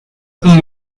pont